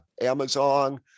Amazon